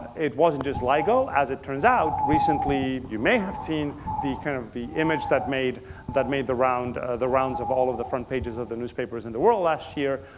it wasn't just ligo as it turns out. recently, you may have seen the kind of the image that made that made the rounds the rounds of all of the front pages of the newspapers in the world last year.